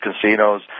casinos